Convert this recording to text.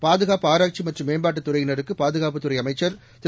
பாதுகாப்பு ஆராய்ச்சி மற்றும் மேம்பாட்டுத் துறையினருக்கு பாதுகாப்புத்துறை அமைச்சர் திரு